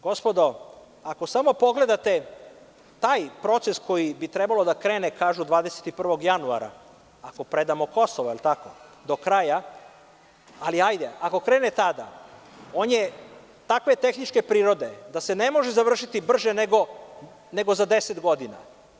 Gospodo, ako samo pogledate taj proces koji bi trebao da krene, kažu 21. januara, ako predamo Kosovo, je li tako, do kraja, ali ako krene tada, on je takve tehničke prirode da se ne može završiti brže, nego za deset godina.